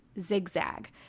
zigzag